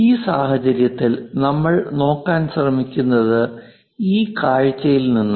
ഈ സാഹചര്യത്തിൽ നമ്മൾ നോക്കാൻ ശ്രമിക്കുന്നത് ഈ കാഴ്ചയിൽ നിന്നാണ്